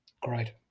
Great